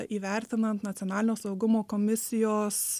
įvertinant nacionalinio saugumo komisijos